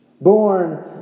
born